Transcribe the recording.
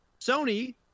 Sony